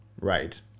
Right